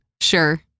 Sure